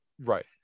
Right